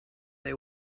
they